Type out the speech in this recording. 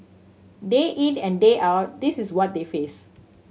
day in and day out this is what they face